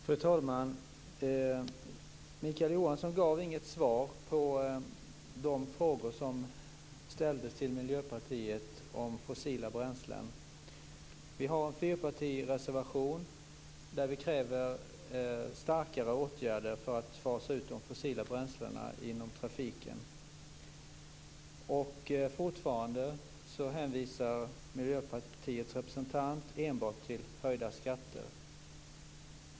Fru talman! Mikael Johansson gav inget svar på de frågor som ställdes till Miljöpartiet om fossila bränslen. Vi har en fyrpartireservation där vi kräver starkare åtgärder för att fasa ut de fossila bränslena inom trafiken. Fortfarande hänvisar Miljöpartiets representant enbart till höjda skatter.